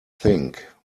think